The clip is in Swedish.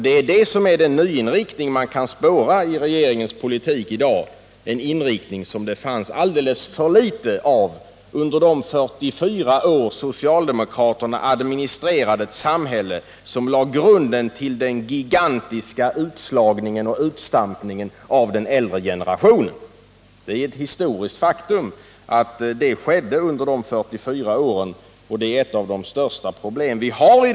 Det är denna nya inriktning som man i dag kan spåra i regeringens politik, en inriktning som det fanns alldeles för litet av under de 44 år som socialdemokraterna administrerade det samhälle där grunden lades till en gigantisk utslagning och utstampning av den äldre generationen. Det är ett historiskt faktum att detta skedde under socialdemokraternas 44 år.